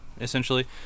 essentially